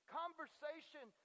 conversation